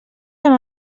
amb